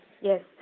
Yes